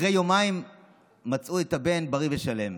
אחרי יומיים מצאו את הבן בריא ושלם.